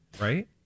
right